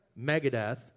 Megadeth